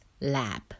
lab